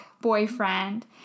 boyfriend